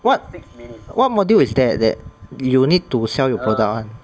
what what module is that that you need to sell your product [one]